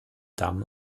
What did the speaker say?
damen